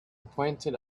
pointed